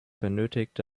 benötigte